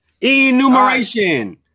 Enumeration